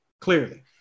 clearly